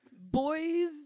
boys